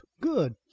good